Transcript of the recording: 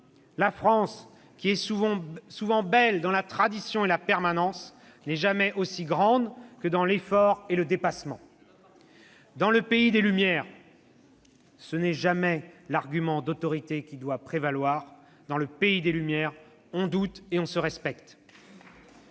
La France, qui est souvent belle dans la tradition et la permanence, n'est jamais aussi grande que dans l'effort et le dépassement. Dans le pays des Lumières, ce n'est jamais l'argument d'autorité qui doit prévaloir ; dans le pays des Lumières, on doute et on se respecte.